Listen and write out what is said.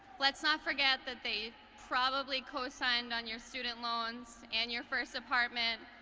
let's not forget that they probably co-signed on your student loans and your first department,